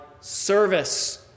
service